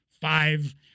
five